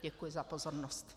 Děkuji za pozornost.